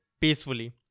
peacefully